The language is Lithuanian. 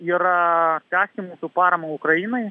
yra tęsti mūsų paramą ukrainai